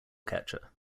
catcher